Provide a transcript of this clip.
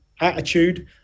attitude